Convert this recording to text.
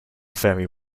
very